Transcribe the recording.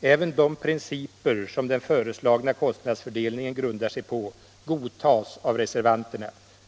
Även de principer som den föreslagna kostnadsfördelningen grundar sig på godtas av reservanterna.